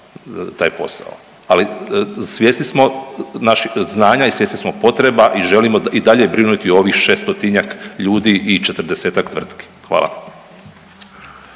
taj posao, ali svjesni smo naših znanja i svjesni smo potreba i želimo i dalje brinuti o ovih 600-tinjak ljudi i 40-tak tvrtki, hvala.